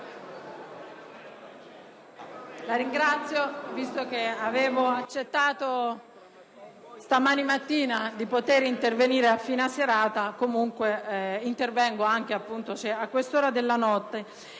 la ringrazio, visto che avevo accettato stamani di poter intervenire a fine serata, comunque intervengo anche a quest'ora della notte.